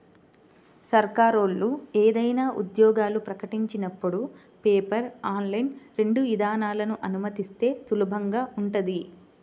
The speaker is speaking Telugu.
సర్కారోళ్ళు ఏదైనా ఉద్యోగాలు ప్రకటించినపుడు పేపర్, ఆన్లైన్ రెండు విధానాలనూ అనుమతిస్తే సులభంగా ఉంటది